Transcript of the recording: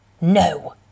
No